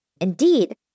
Indeed